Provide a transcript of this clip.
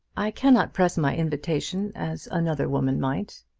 i cannot press my invitation as another woman might.